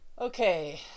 okay